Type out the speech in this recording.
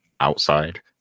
outside